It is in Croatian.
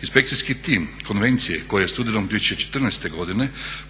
Inspekcijski tim konvencije koji je u studenom 2014. godine